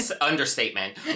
Understatement